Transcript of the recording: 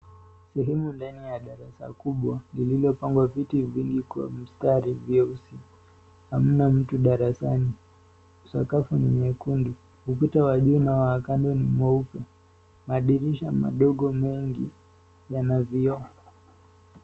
Sehemu ndani ya darasa kubwa, lililopangwa viti vingi kwa mstari vyeusi, hamna mtu darasani. Sakafu ni nyekundu, ukuta wa juu na wa kando ni mweupe, madirisha madogo mengi yana vioo.